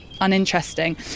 uninteresting